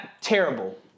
terrible